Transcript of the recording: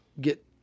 get